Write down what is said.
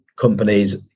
companies